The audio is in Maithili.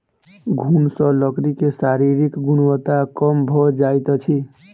घुन सॅ लकड़ी के शारीरिक गुणवत्ता कम भ जाइत अछि